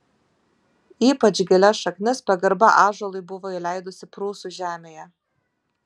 ypač gilias šaknis pagarba ąžuolui buvo įleidusi prūsų žemėje